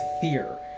fear